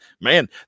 man